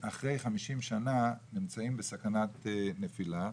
אחרי חמישים שנה נמצאים בסכנת נפילה.